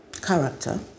Character